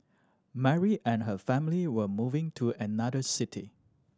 Mary and her family were moving to another city